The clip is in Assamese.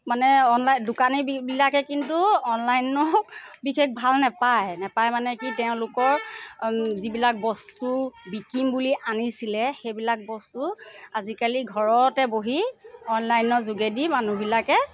মানে অনলাই দোকানীবিলাকে কিন্তু অনলাইনৰ বিশেষ ভাল নাপায় নাপায় মানে কি তেওঁলোকৰ যিবিলাক বস্তু বিকিম বুলি আনিছিলে সেইবিলাক বস্তু আজিকালি ঘৰতে বহি অনলাইনৰ যোগেদি মানুহবিলাকে